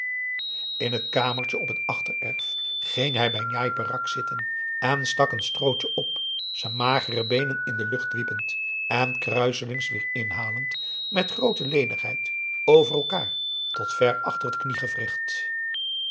in het kamertje op het achtererf ging hij bij njai peraq zitten en stak een strootje op z'n magere beenen in de lucht wippend en kruiselings weer inhalend met groote lenigheid over elkaar tot ver achter het kniegewricht